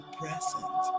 present